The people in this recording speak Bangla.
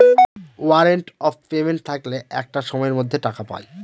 ওয়ারেন্ট অফ পেমেন্ট থাকলে একটা সময়ের মধ্যে টাকা পায়